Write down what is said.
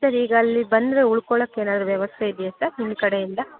sir ಈಗ ಅಲ್ಲಿ ಬಂದರೆ ಉಳ್ಕೊಳಕ್ಕೆ ಏನಾದ್ರೂ ವ್ಯವಸ್ಥೆ ಇದೆಯಾ ಸರ್ ನಿಮ್ಮ ಕಡೆಯಿಂದ